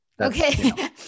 okay